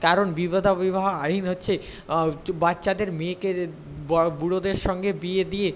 কারণ বিধবা বিবাহ আইন হচ্ছে বাচ্চাদের মেয়েকে বড়ো বুড়োদের সঙ্গে বিয়ে দিয়ে